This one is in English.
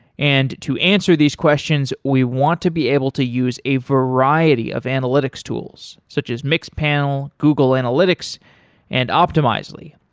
and to answer these questions, we want to be able to use a variety of analytics tools, such as mixed panel, google analytics and optimizely.